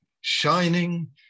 shining